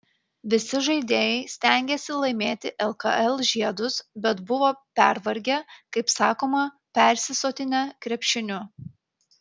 visi žaidėjai stengėsi laimėti lkl žiedus bet buvo pervargę kaip sakoma persisotinę krepšiniu